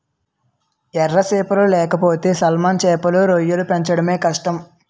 ఎర సేపలు లేకపోతే సాల్మన్ సేపలు, రొయ్యలు పెంచడమే కష్టం